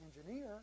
engineer